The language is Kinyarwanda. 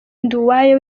nduwayo